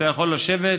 אתה יכול לשבת,